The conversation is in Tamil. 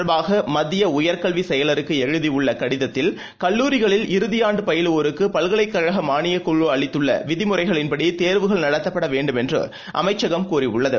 தொடர்பாகமத்தியஉயர்கல்விசெயலருக்குஎழுதியுள்ளகடிதத்தில் கல்லூரிகளில் இது இறுதியாண்டுபயிலுவோருக்குபல்கலைக் கழகமானியக் குழு அளித்துள்ளவிதிமுறைகளின் படி தேர்வுகள் நடத்தப்படவேண்டும் என்றுஅமைச்சகம் கூறியுள்ளது